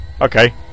Okay